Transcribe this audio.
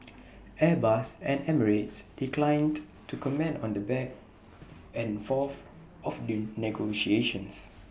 airbus and emirates declined to comment on the back and forth of the negotiations